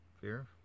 Fear